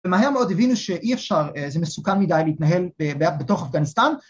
ומהר מאוד הבינו שאי אפשר, ‫זה מסוכן מדי להתנהל בתוך אפגניסטן,